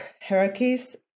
hierarchies